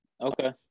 okay